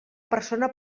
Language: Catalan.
persona